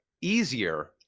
easier